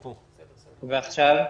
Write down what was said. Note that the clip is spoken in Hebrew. בבקשה.